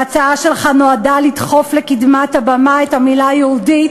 ההצעה שלך נועדה לדחוף לקדמת הבמה את המילה "יהודית"